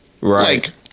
right